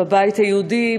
בבית היהודי,